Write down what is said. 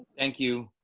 thank you.